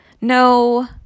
No